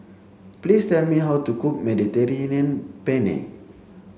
please tell me how to cook Mediterranean Penne